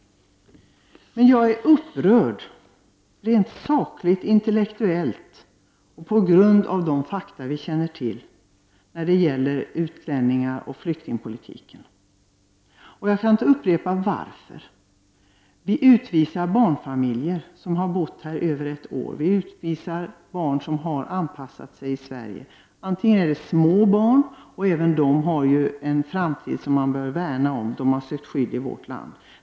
Jag är upprörd, rent sakligt och intellektuellt, på grund av de fakta som vi känner till när det gäller utlänningar och flyktingpolitiken. Jag skall upprepa varför. Vi utvisar barnfamiljer som har bott här över ett år. Vi utvisar barn som har anpassat sig i Sverige. Det kan gälla små barn. Även de barnen har en framtid som man bör värna om. De har sökt skydd i vårt land.